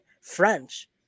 French